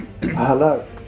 Hello